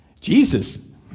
Jesus